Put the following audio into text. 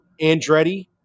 Andretti